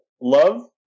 Love